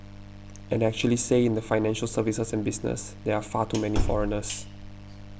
and actually say in the financial services and business there are far too many foreigners